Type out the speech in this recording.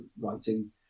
writing